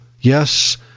Yes